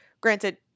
granted